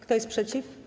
Kto jest przeciw?